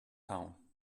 town